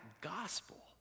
gospel